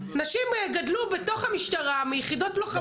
בוא, אנשים גדלו בתוך המשטרה, מיחידות לוחמות.